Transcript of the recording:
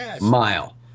Mile